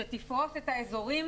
שתפרוס את האזורים